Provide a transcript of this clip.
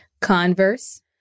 Converse